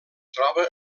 troba